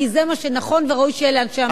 כי זה מה שנכון וראוי שיהיה לאנשי המילואים.